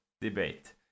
debate